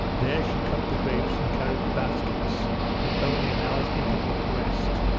there she cut the grapes and carried the baskets with only an hour's interval for rest,